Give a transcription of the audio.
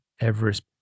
Everest